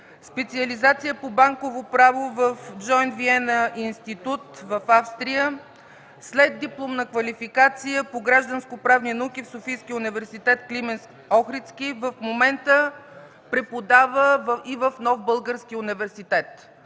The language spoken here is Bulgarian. специализация по банково право в „Джойнт Виена Институт” в Австрия, следдипломна квалификация по гражданско-правни науки в Софийския университет „Климент Охридски”. В момента преподава и в Нов български университет.